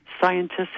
Scientists